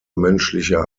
menschlicher